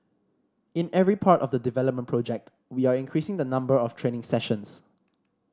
in every part of the development project we are increasing the number of training sessions